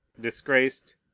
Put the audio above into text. disgraced